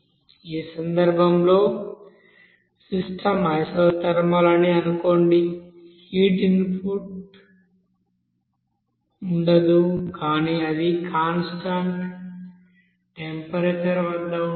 ఈ సందర్భంలో system isothermal అని అనుకోండిహీట్ ఇన్పుట్ ఉండదు కాని అది కాన్స్టాంట్ టెంపరేచర్ వద్ద ఉంటుంది